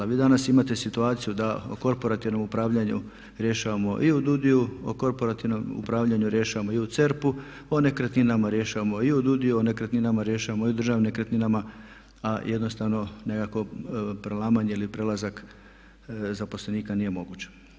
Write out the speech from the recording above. Vi danas imate situaciju da o korporativnom upravljanju rješavamo i u DUUDI-ju, o korporativnom upravljanju rješavamo i u CERP-u, o nekretninama rješavamo i u DUUDI-ju, o nekretninama rješavamo i u državnim nekretninama a jednostavno nekako prelamanje ili prelazak zaposlenika nije moguć.